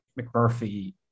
McMurphy